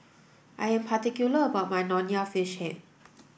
I am particular about my Nonya Fish Head